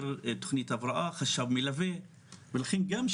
ואני שואבת מכן השראה ממאבק הרואי שהצליח למרות הכול.